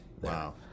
Wow